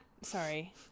sorry